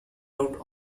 out